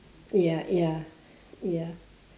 ya ya ya